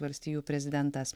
valstijų prezidentas